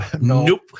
Nope